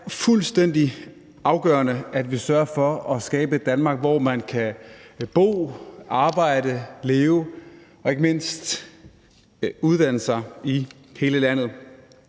Det er fuldstændig afgørende, at vi sørger for at skabe et Danmark, hvor man kan bo, arbejde, leve og ikke mindst uddanne sig i hele landet.